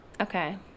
Okay